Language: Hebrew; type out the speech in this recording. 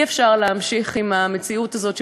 אי-אפשר להמשיך עם המציאות הזאת,